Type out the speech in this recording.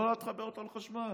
בוא תחבר אותם לחשמל.